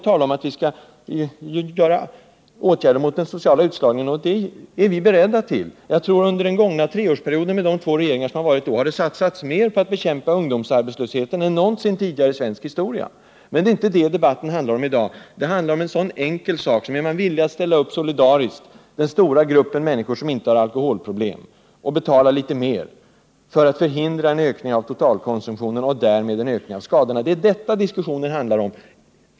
Ni talar om behovet av åtgärder för att bekämpa den sociala utslagningen, och sådana är vi beredda att vidta. Under den gångna treårsperioden med två olika regeringar har det satsats mer på att bekämpa ungdomsarbetslösheten än man någonsin tidigare i svensk historia har gjort. Men debatten i dag handlar inte om det. Det handlar i stället om en så enkel sak som att den stora gruppen människor, som inte har alkoholproblem, solidariskt ställer upp och betalar litet mer för att förhindra en ökning av den totala alkoholkonsumtionen och därmed en ökning av alkoholskadorna. Det är detta diskussionen i dag handlar om.